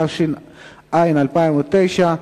התש"ע 2009,